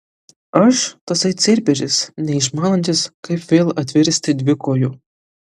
aš tasai cerberis neišmanantis kaip vėl atvirsti dvikoju